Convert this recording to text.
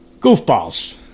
goofballs